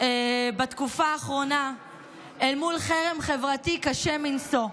בתקופה האחרונה אל מול חרם חברתי קשה מנשוא.